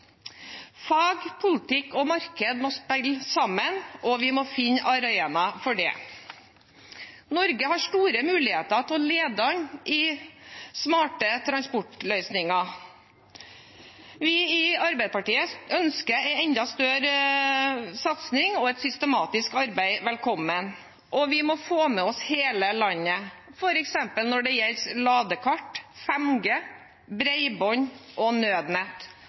Fag, politikk og marked må spille sammen, og vi må finne arenaer for det. Norge har store muligheter til å lede an i smarte transportløsninger. Vi i Arbeiderpartiet ønsker en enda større satsing og et systematisk arbeid velkommen. Vi må få med oss hele landet, f.eks. når det gjelder ladekart, 5G, bredbånd og nødnett.